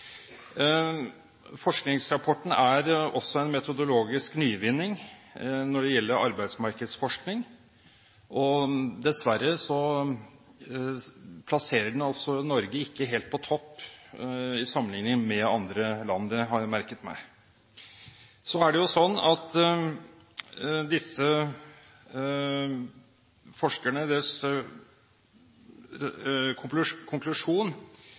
Forskningsrapporten er også en metodologisk nyvinning når det gjelder arbeidsmarkedsforskning. Dessverre plasserer den altså ikke Norge helt på topp i sammenlikning med andre land. Det har jeg merket meg. Disse forskernes konklusjon er